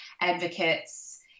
advocates